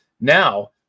now